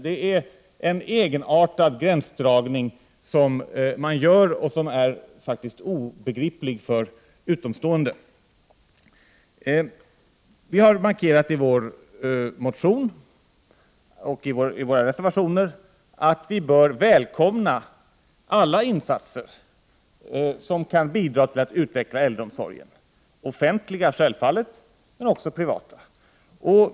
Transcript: Det är en egenartad gränsdragning som socialdemokraterna gör och som är obegriplig för utomstående. Vi i folkpartiet har i vår motion och i våra reservationer markerat att man bör välkomna alla insatser som kan bidra till att utveckla äldreomsorgen — självfallet offentliga alternativ, men också privata alternativ.